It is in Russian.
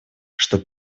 что